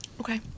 Okay